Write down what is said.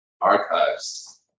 archives